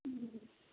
हुँ